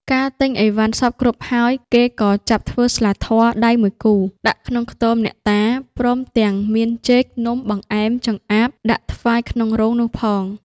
កាលទិញឥវ៉ាន់សព្វគ្រប់ហើយ គេក៏ចាប់ធ្វើស្លាធម៌ដៃ ១គូ ដាក់ក្នុងខ្ទម អ្នកតា ព្រមទាំងមានចេក នំ បង្អែម ចម្អាប ដាក់ថ្វាយក្នុងរោងនោះផង ។